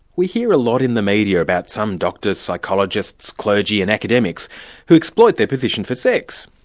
we hear a lot in the media about some doctors, psychologists, clergy and academics who exploit their position for sex.